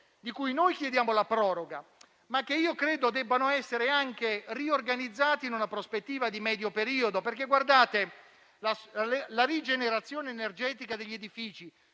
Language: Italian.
di cui noi chiediamo la proroga, ma che io credo debbano essere anche riorganizzati in una prospettiva di medio periodo. La rigenerazione energetica degli edifici,